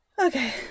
okay